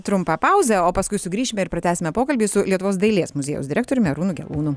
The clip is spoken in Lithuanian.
trumpą pauzę o paskui sugrįšime ir pratęsime pokalbį su lietuvos dailės muziejaus direktoriumi arūnu gelūnu